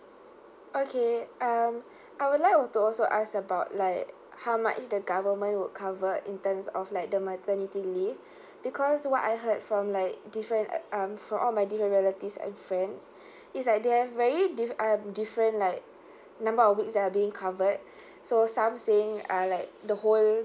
okay um I would like also to ask about like how much the government will cover in terms of like the maternity leave because what I heard from like different um from all my different relatives and friends it's like they have very different um different like number of weeks that've been covered so some saying uh like the whole